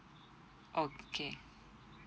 okay